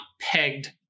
pegged